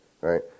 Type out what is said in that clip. right